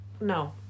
no